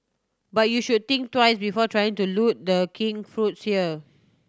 but you should think twice before trying to loot The King fruits here